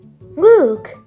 look